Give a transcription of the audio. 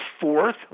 fourth